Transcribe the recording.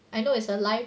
I know it's alive